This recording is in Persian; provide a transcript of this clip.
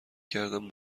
کردم